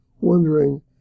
wondering